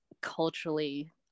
culturally